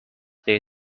they